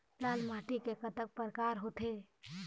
लाल माटी के कतक परकार होथे?